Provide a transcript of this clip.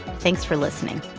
thanks for listening